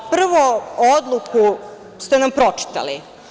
Prvo, odluku ste nam pročitali.